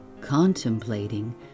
contemplating